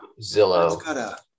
Zillow